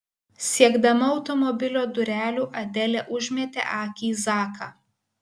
siekdama automobilio durelių adelė užmetė akį į zaką